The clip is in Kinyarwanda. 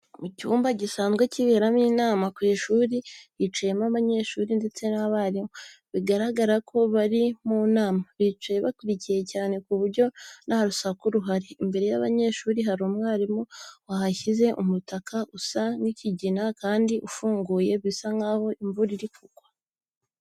Mu cyumba gisanzwe kiberamo inama ku ishuri hicayemo abanyeshuri ndetse n'abarimu, bigaragara ko bari mu nama. Bicaye bakurikiye cyane ku buryo nta rusaku ruhari. Imbere y'abanyeshuri hari umwarimu wahashyize umutaka usa nk'ikigina kandi ufunguye bisa nkaho imvura iri kugwa.